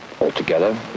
Altogether